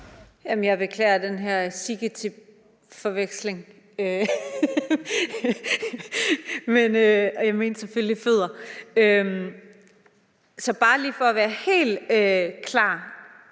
Jeg beklager den her forveksling, og jeg mente selvfølgelig »fødder«. Så det er bare lige for at være helt klar: